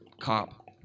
cop